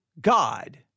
God